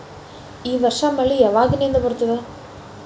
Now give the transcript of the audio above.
ಈ ವರ್ಷ ಮಳಿ ಯಾವಾಗಿನಿಂದ ಬರುತ್ತದೆ?